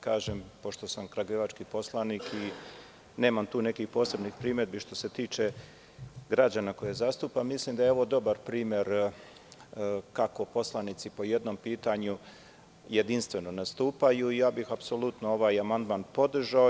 Kažem, pošto sam kragujevački poslanik, nemam tu nekih posebnih primedbi što se tiče građana koje zastupam, mislim da je ovo dobar primer kako poslanici po jednom pitanju jedinstveno nastupaju i ja bih apsolutno ovaj amandman podržao.